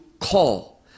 call